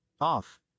Off